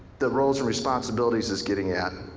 the roles and responsibilities is getting at.